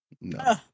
No